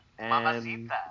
Mamacita